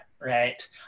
Right